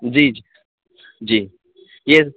جی جی جی یہ